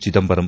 Chidambaram